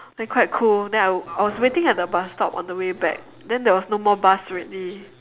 then quite cool then I I was waiting at the bus stop on the way back then there was no more bus already